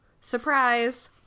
Surprise